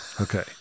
okay